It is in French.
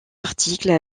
articles